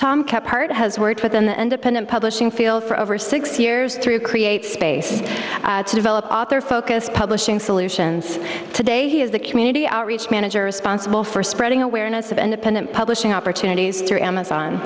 tomcat part has worked with and dependent publishing fail for over six years through create space to develop their focus publishing solutions today he is the community outreach manager responsible for spreading awareness of independent publishing opportunities through amazon